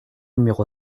numéro